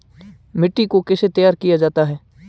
मिट्टी को कैसे तैयार किया जाता है?